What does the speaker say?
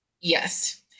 Yes